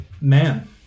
man